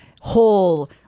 whole